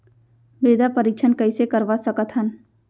मृदा परीक्षण कइसे करवा सकत हन?